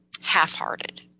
half-hearted